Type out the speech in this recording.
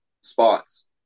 spots